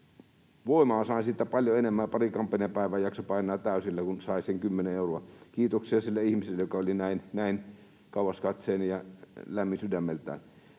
melkein paljon enemmän ja pari kampanjapäivää jaksoi painaa täysillä, kun sain sen kymmenen euroa. Kiitoksia sille ihmiselle, joka oli näin kauaskatseinen ja lämmin sydämeltään.